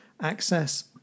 access